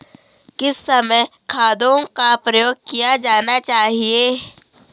किस समय खादों का प्रयोग किया जाना चाहिए?